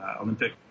Olympic